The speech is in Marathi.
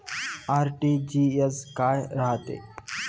आर.टी.जी.एस काय रायते?